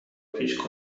پیچ